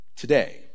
Today